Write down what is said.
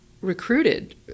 recruited